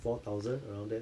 four thousand around there